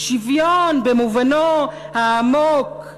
שוויון במובנו העמוק,